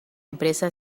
empresa